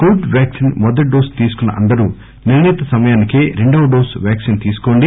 Covid vaccine మొదటి dose తీసుకున్న అందరూ నిర్ణీత సమయానికే రెండవ డోసు వ్యాక్పి తీసుకోండి